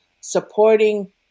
supporting